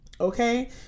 Okay